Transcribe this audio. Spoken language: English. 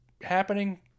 happening